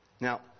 Now